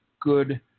good